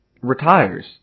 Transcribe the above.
retires